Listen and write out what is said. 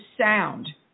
sound